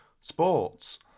sports